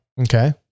Okay